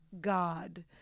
God